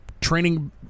Training